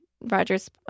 Roger's